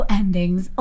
endings